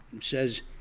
says